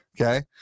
Okay